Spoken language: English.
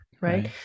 right